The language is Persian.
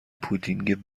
پودینگ